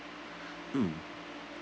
mm